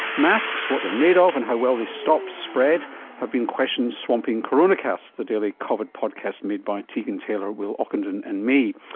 masks, what they are made of and how well they stop spread have been questions swamping coronacast, the daily covid podcast made by tegan taylor, will ockenden and me.